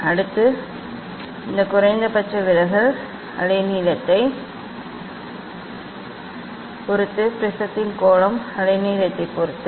அடுத்து இந்த குறைந்தபட்ச விலகல் அலைநீளத்தைப் பொறுத்தது ப்ரிஸத்தின் கோணம் அலைநீளத்தைப் பொறுத்தது